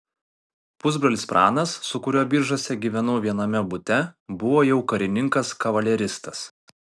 pusbrolis pranas su kuriuo biržuose gyvenau viename bute buvo jau karininkas kavaleristas